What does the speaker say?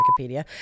wikipedia